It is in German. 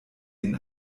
den